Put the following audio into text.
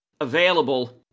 available